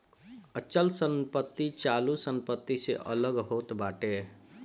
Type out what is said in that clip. अचल संपत्ति चालू संपत्ति से अलग होत बाटे